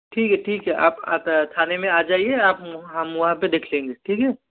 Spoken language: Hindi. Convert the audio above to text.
ठीक है ठीक है आप आता थाने में आ जाइए आप हम वहाँ पे देख लेंगे ठीक है